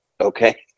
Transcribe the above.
okay